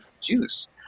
juice